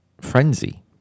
Frenzy